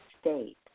state